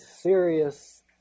serious